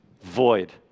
void